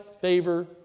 favor